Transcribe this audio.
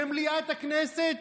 במליאת הכנסת?